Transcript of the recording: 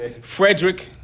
Frederick